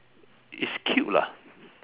it's cute lah